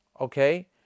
okay